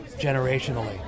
generationally